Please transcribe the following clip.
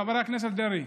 חבר הכנסת דרעי,